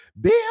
Bill